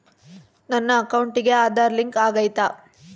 ನನ್ನ ಅಕೌಂಟಿಗೆ ಆಧಾರ್ ಲಿಂಕ್ ಆಗೈತಾ?